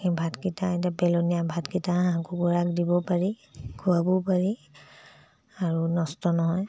সেই ভাতকেইটা এতিয়া পেলনীয়া ভাতকেইটা হাঁহ কুকুৰাক দিব পাৰি খোৱাবও পাৰি আৰু নষ্ট নহয়